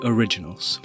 Originals